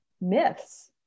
myths